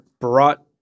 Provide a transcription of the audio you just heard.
brought